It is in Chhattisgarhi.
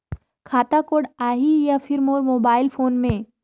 खाता कोड आही या फिर मोर मोबाइल फोन मे?